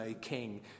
king